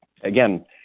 again